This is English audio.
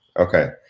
okay